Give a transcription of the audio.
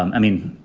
i mean,